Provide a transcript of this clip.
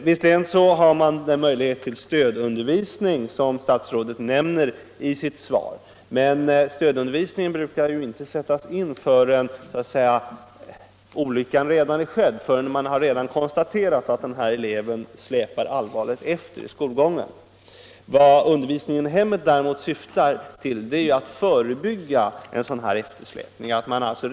Visserligen finns den möjlighet till stödundervisning som statsrådet nämner i sitt svar. Men stödundervisning brukar ju inte sättas in förrän olyckan så att säga redan är skedd, och man kan konstatera att eleven allvarligt släpar efter i skolgången. Vad undervisningen i hemmet däremot syftar till är att förebygga att en sådan eftersläpning uppstår.